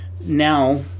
now